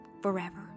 forever